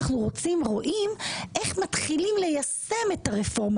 אנחנו רואים איך מתחילים ליישם את הרפורמה